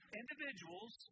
individuals